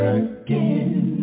again